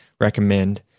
recommend